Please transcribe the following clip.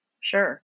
sure